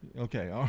Okay